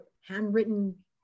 handwritten